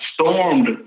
stormed